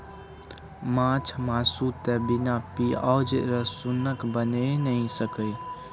माछ मासु तए बिना पिओज रसुनक बनिए नहि सकैए